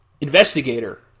investigator